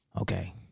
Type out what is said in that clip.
Okay